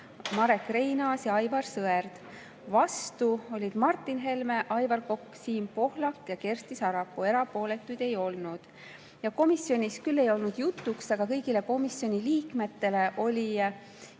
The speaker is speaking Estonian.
Marek Reinaas ja Aivar Sõerd. Vastu olid Martin Helme, Aivar Kokk, Siim Pohlak ja Kersti Sarapuu. Erapooletuid ei olnud. Komisjonis küll ei olnud see jutuks, aga kõigile komisjoni liikmetele oli